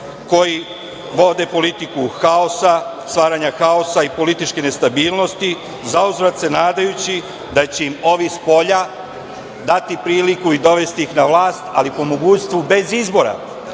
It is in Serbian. koji vode politiku stvaranja haosa i političke nestabilnosti, zauzvrat se nadajući da će im ovi spolja dati priliku priliku i dovesti ih na vlast ali po mogućstvu bez izbora. Kao